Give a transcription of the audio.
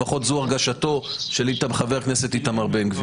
לפחות זו הרגשתו של חבר הכנסת איתמר בן גביר.